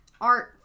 art